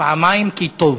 פעמיים כי טוב.